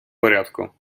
порядку